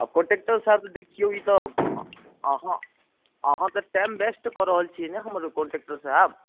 आओर कंडक्टर साहब साहब ई देखियौ ई तऽ अहाँ तऽ टाइम वेस्ट करि रहल छी हमर कंडक्टर साहब